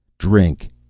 drink!